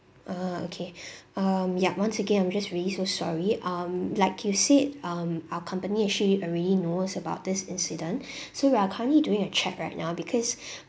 orh okay um yup once again I'm just really so sorry um like you said um our company actually already knows about this incident so we are currently doing a check right now because